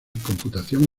computación